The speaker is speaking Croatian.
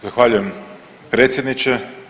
Zahvaljujem predsjedniče.